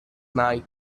night